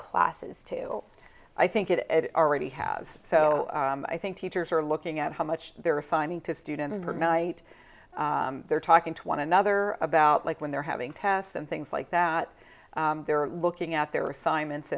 classes too i think it already has so i think teachers are looking at how much they're refining to students per night they're talking to one another about like when they're having tests and things like that they're looking at their assignments